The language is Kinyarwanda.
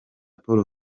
paul